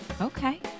Okay